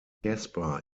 casper